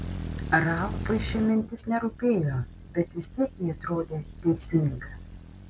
ralfui ši mintis nerūpėjo bet vis tiek ji atrodė teisinga